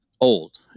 old